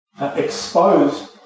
Exposed